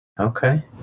Okay